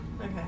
Okay